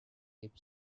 dip